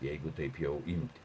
jeigu taip jau imti